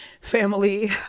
Family